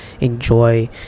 enjoy